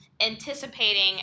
anticipating